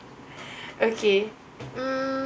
okay mm